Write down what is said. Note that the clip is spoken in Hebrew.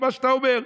מה שאתה אומר,